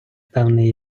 певний